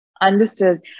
Understood